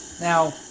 Now